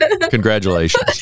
Congratulations